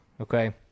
okay